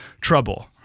trouble